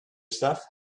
stuff